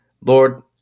Lord